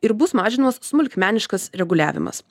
ir bus mažinamas smulkmeniškas reguliavimas